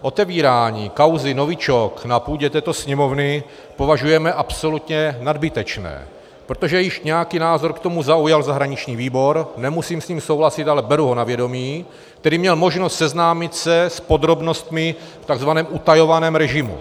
Otevírání kauzy novičok na půdě této Sněmovny považujeme za absolutně nadbytečné, protože již nějaký názor k tomu zaujal zahraniční výbor, nemusím s tím souhlasit, ale beru ho na vědomí, tedy měl možnost se seznámit s podrobnostmi v tzv. utajovaném režimu.